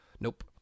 Nope